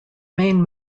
main